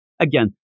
again